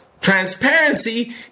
Transparency